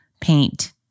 paint